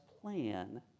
plan